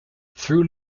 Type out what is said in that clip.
through